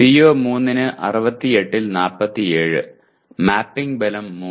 PO3 ന് 68 ൽ 47 mapping ബലം 3